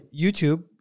YouTube